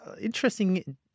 interesting